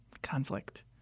conflict